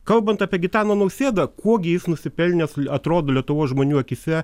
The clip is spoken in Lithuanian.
kalbant apie gitaną nausėdą kuo gi jis nusipelnęs atrodo lietuvos žmonių akyse